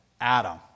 Adam